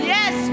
Yes